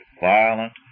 violent